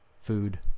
food